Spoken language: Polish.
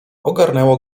ogarnęło